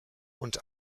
und